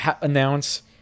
announce